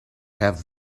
have